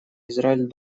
израиль